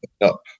up